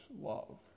love